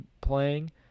playing